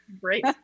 Great